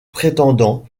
prétendants